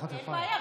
אין בעיה,